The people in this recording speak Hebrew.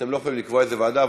אתם לא יכולים לקבוע איזו ועדה,